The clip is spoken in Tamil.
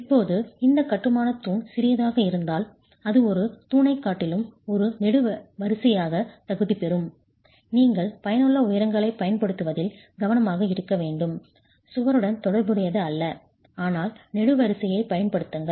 இப்போது இந்த கட்டுமானத் தூண் சிறியதாக இருந்தால் அது ஒரு தூணைக் காட்டிலும் ஒரு நெடுவரிசையாகத் தகுதிபெறும் நீங்கள் பயனுள்ள உயரங்களைப் பயன்படுத்துவதில் கவனமாக இருக்க வேண்டும் சுவருடன் தொடர்புடையது அல்ல ஆனால் நெடுவரிசையைப் பயன்படுத்துங்கள்